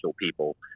people